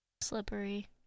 Slippery